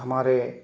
हमारे